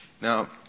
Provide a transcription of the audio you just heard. Now